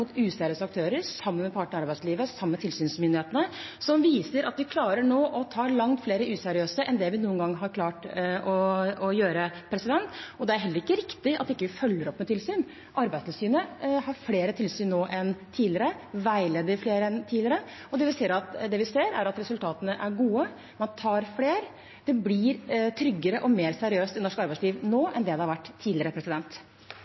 mot arbeidslivskriminalitet, mot useriøse aktører, sammen med partene i arbeidslivet og sammen med tilsynsmyndighetene, som viser at vi nå klarer å ta langt flere useriøse enn det vi noen gang har klart å gjøre. Det er heller ikke riktig at vi ikke følger opp med tilsyn. Arbeidstilsynet har flere tilsyn nå enn tidligere og veileder flere enn tidligere. Og det vi ser, er at resultatene er gode: Man tar flere, og det blir tryggere og mer seriøst i norsk arbeidsliv